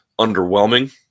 underwhelming